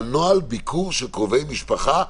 על נוהל ביקור של קרובי משפחה,